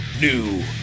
New